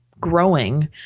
growing